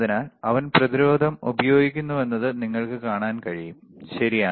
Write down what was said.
അതിനാൽ അവൻ പ്രതിരോധം ഉപയോഗിക്കുന്നുവെന്നത് നിങ്ങൾക്ക് കാണാൻ കഴിയും ശരിയാണ്